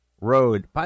Road